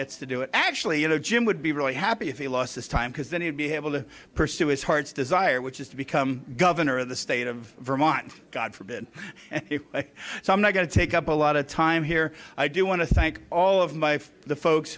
gets to do it actually you know jim would be really happy if he lost his time because then you'd be able to pursue his heart's desire which is to become governor of the state of vermont god forbid if so i'm not going to take up a lot of time here i do want to thank all of my the folks